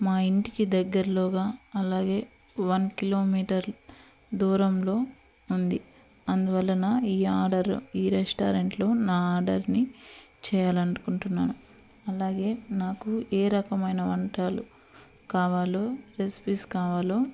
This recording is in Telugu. మా ఇంటికి దగ్గరలోగా అలాగే వన్ కిలోమీటర్ దూరంలో ఉంది అందువలన ఈ ఆడర్ ఈ రెస్టారెంట్లో నా ఆడర్ని చేయాలనుకుంటున్నాను అలాగే నాకు ఏ రకమైన వంటలు కావాలో రెసిపీస్ కావాలో